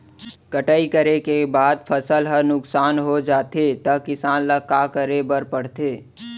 कटाई करे के बाद फसल ह नुकसान हो जाथे त किसान ल का करे बर पढ़थे?